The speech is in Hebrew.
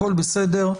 הכול בסדר.